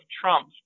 Trump